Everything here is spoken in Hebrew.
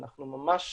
אנחנו ממש